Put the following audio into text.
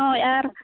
ᱦᱳᱭ ᱟᱨ